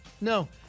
No